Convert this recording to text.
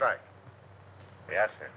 back asking